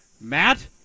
Matt